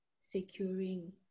securing